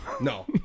No